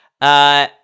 Uh-